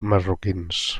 marroquins